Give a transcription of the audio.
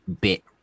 bit